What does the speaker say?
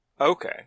Okay